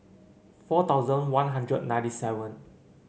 four thousand One Hundred ninety seven